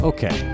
Okay